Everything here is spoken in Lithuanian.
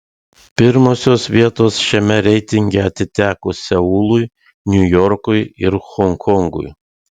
pirmosios vietos šiame reitinge atiteko seului niujorkui ir honkongui